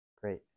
great